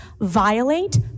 violate